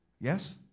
Yes